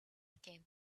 came